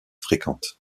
fréquentent